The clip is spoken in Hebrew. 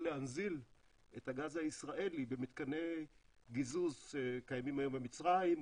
להנזיל את הגז הישראלי במתקני גיזוז שקיימים היום במצרים,